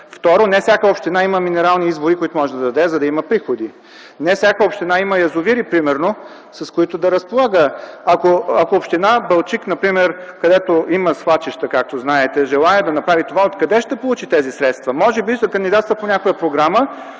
Второ, не всяка община има минерални извори, които може да даде, за да има приходи. Не всяка община има язовири, примерно, с които да разполага. Ако община Балчик, например, където има свлачища, както знаете, желае да направи това, откъде ще получи тези средства? Може би ще кандидатства по някоя програма,